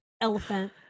elephant